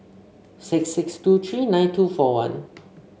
six six two tree nine two four one